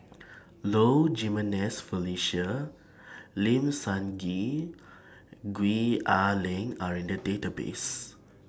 Low Jimenez Felicia Lim Sun Gee Gwee Ah Leng Are in The Database